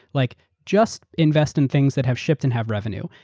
like just invest in things that have shifted and have revenue.